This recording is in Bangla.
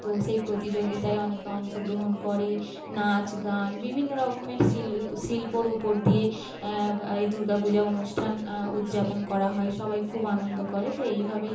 তো সেই প্রতিযোগিতায় অনেকে অংশগ্রহণ করে নাচ গান বিভিন্ন রকমের শিল্পর উপর দিয়ে এই দুর্গা পূজা অনুষ্ঠান উৎযাপন করা হয় সবাই খুব আনন্দ করে তো এইভাবেই